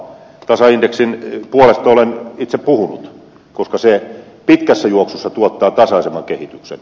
tasaindeksin puolesta olen itse puhunut koska se pitkässä juoksussa tuottaa tasaisemman kehityksen